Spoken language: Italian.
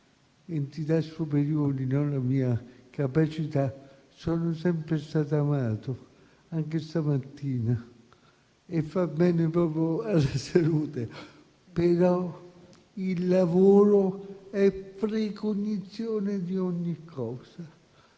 entità superiori e non la mia capacità, sono sempre stato amato, anche stamattina e fa bene alla salute, ma il lavoro è precondizione di ogni cosa,